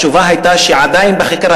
התשובה הייתה שעדיין זה נחקר,